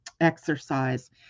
exercise